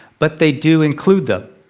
but they do include them.